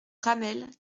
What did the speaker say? ramel